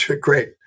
Great